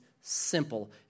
simple